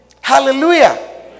Hallelujah